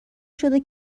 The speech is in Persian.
شده